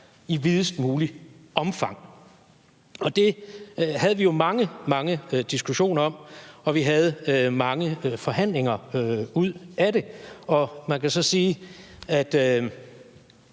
i videst muligt omfang, og det havde vi jo mange, mange diskussioner om, og vi havde mange forhandlinger ud af det. Så bryder det